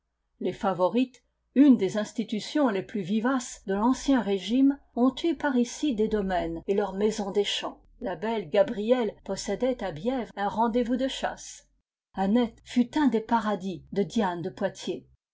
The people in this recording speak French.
les favorites une des institutions les plus vivaces de l'ancien régime ont eu par ici des domaines et leurs maisons des champs la belle gabrielle possédait à bièvres un rendez-vous de chasse anet fut un des paradis de diane de poitiers